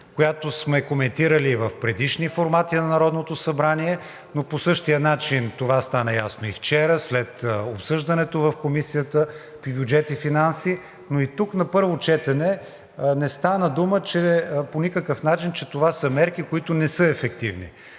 която сме коментирали в предишни формати на Народното събрание, но по същия начин това стана ясно и вчера след обсъждането в Комисията по бюджет и финанси, но и тук на първо четене не стана дума по никакъв начин, че това са мерки, които не са ефективни.